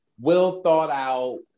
well-thought-out